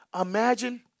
imagine